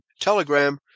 Telegram